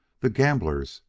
the gamblers,